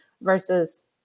versus